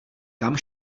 kam